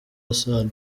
hassan